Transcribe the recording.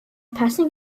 passing